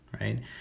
right